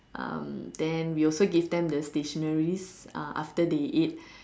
um then we also gave them the stationery's ah after they eat